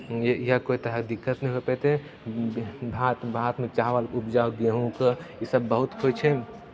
ये यहाँ कोइ तरहके दिक्कत नहि हो पयतै भा भारतमे चावल उपजाउ गेहूँ उपजाउ इस बहुत होइ छै